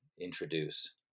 introduce